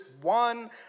one